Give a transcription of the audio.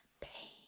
pain